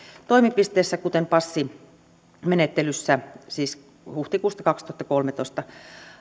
toimipisteestä kuten passimenettelyssä huhtikuusta kaksituhattakolmetoista